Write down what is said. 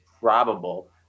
probable